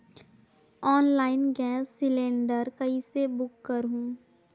Online gas cylinder कइसे book करहु?